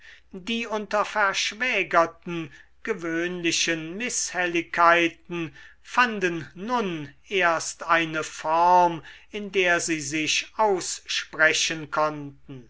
die unter verschwägerten gewöhnlichen mißhelligkeiten fanden nun erst eine form in der sie sich aussprechen konnten